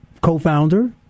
co-founder